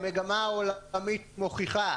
מגמה עולמית מוכיחה